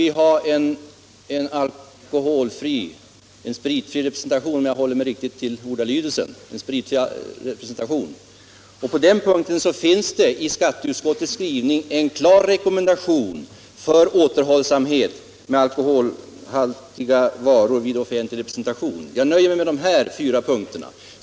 Vidare kräver vi i vårt program spritfri representation. På den punkten finns det i skatteutskottets skrivning en klar rekommendation om återhållsamhet med alkoholhaltiga varor vid offentlig representation. Jag nöjer mig med dessa fyra punkter.